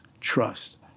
trust